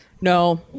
No